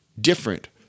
different